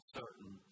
certain